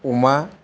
अमा